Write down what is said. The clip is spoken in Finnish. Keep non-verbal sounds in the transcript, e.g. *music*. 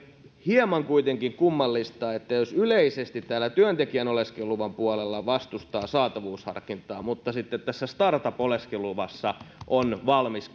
hieman kuitenkin kummallista jos yleisesti täällä työntekijän oleskeluluvan puolella vastustaa saatavuusharkintaa mutta sitten tässä startup oleskeluluvassa on valmis *unintelligible*